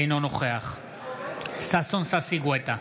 אינו נוכח ששון ששי גואטה,